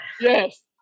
Yes